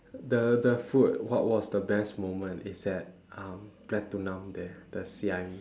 the the food what was the best moment is at um pratunam there the siam